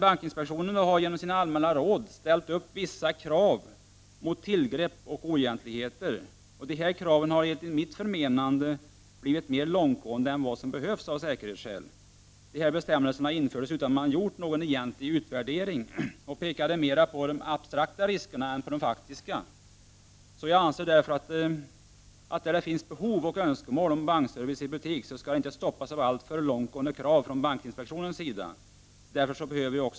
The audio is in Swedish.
Bankinspektionen har i sina allmänna råd ställt upp vissa krav för motverkande av tillgrepp och oegentligheter. Dessa krav har enligt mitt förmenande blivit mer långtgående än vad som behövs av säkerhetsskäl. Bestämmelserna infördes utan att det hade gjorts någon egentlig utvärdering, och de pekade mera på abstrakta risker än på faktiska. Jag anser därför att i de fall det finns behov av och önskemål om bankservice i butik skall det inte stoppas av alltför långtgående krav från bankinspektionens sida.